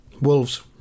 Wolves